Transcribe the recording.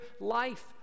life